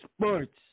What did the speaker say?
sports